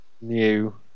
new